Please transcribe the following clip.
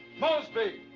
mosby,